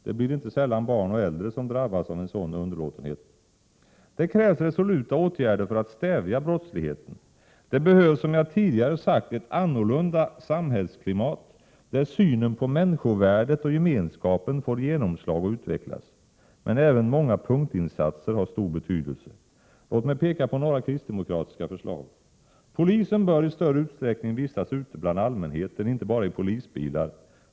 Det blir inte sällan barn och äldre som drabbas av en sådan underlåtenhet. Det krävs resoluta åtgärder för att stävja brottsligheten. Det behövs, som jag tidigare sagt, ett annorlunda samhällsklimat där synen på människovärdet och gemenskapen får genomslag och utvecklas. Men även många punktinsatser har stor betydelse. Låt mig peka på några kristdemokratiska förslag: Polisen bör i större utsträckning vistas ute bland allmänheten, inte bara i polisbilar.